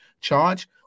charge